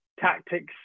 tactics